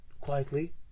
quietly